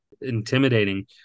intimidating